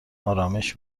آرامش